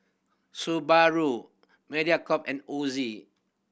Subaru Mediacorp and Ozi